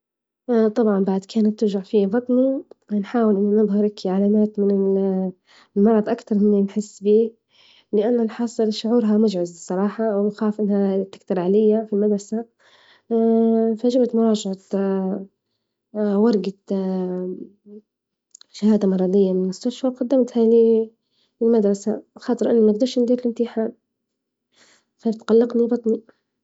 طبعا بعد كانت توجع فيا بطني نحاول إن نظهر هكي علامات من ال المرض أكتر من اللي نحس بيه لأن نحس إن شعورها مجعز الصراحة ونخاف إنها تكتر عليا في المدرسة، فجبت مراجعة ورجة شهادة مرضية من المستشفى وقدمتها للمدرسة خاطر إني مجدرش ندير الإمتحان فتقلقني بطني.